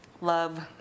love